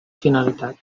finalitat